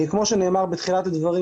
כמו שנאמר בתחילת הדברים,